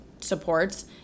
supports